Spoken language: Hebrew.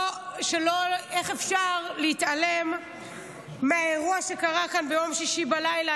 איך אפשר להתעלם מהאירוע שקרה כאן ביום שישי בלילה,